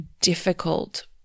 difficult